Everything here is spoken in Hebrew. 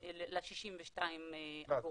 ל-62 אגורות.